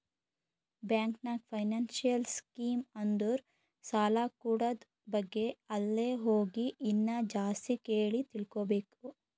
bank ನಾಗ್ financial scheme ಅಂದುರ್ ಸಾಲ ಕೂಡದ್ ಬಗ್ಗೆ ಅಲ್ಲೇ ಹೋಗಿ ಇನ್ನಾ ಜಾಸ್ತಿ ಕೇಳಿ ತಿಳ್ಕೋಬೇಕು